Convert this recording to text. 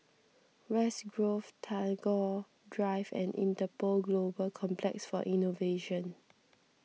West Grove Tagore Drive and Interpol Global Complex for Innovation